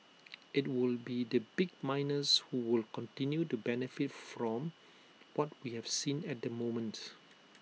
IT will be the big miners who will continue to benefit from what we have seen at the moment